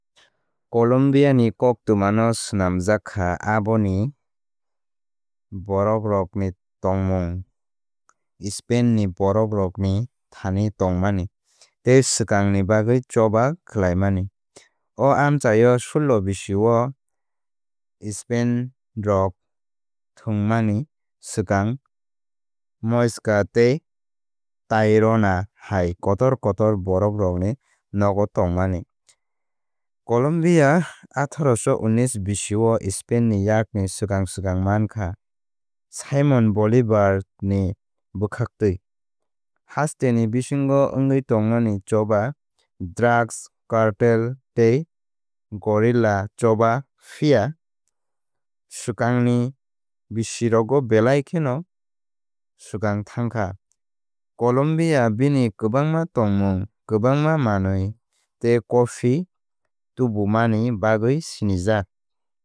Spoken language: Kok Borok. Colombia ni koktwma no swnamjak kha abo ni borok rok ni tongmung Spain ni borok rok ni thani tongmani tei swkang ni bagwi choba khlaimani. O amchaio suloh bisio Spain rok thwngmani swkang Muisca tei Tairona hai kotor kotor borokrokni nogo tongmani. Colombia athaorosho unnnish bisi o Spain ni yakni swkang swkang mankha Simon Bolivar ni bwkhaktwi. Hasteni bisingo wngwi tongmani choba drugs cartel tei guerrilla choba phiya swkangni bisirogo belai kheno swkang thángkha. Colombia bini kwbangma tongmung kwbangma manwi tei coffee tubumani bagwi sinijak.